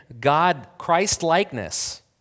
God-Christ-likeness